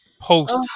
post